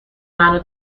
منو